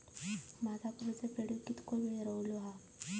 माझा कर्ज फेडुक किती वेळ उरलो हा?